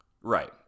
Right